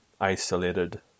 isolated